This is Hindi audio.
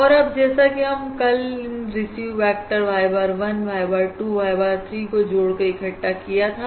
और अब जैसा कि हमने कल इन receive vector y bar 1 y bar 2 y bar 3 को जोड़कर इकट्ठा किया था